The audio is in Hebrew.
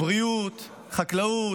בריאות, חקלאות,